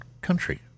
country